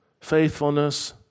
faithfulness